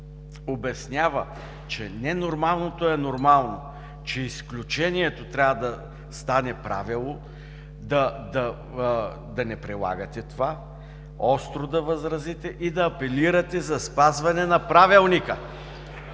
обяснява, че ненормалното е нормално, че изключението трябва да стане правило, да не прилагате това, остро да възразите и да апелирате за спазване на Правилника.